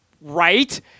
right